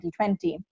2020